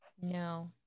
no